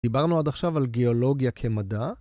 דיברנו עד עכשיו על גיאולוגיה כמדע.